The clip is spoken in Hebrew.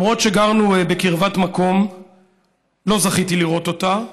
למרות שגרנו בקרבת מקום לא זכיתי לראות אותה,